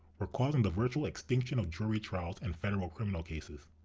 were causing the virtual extinction of jury trials and federal criminal cases.